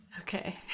Okay